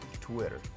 Twitter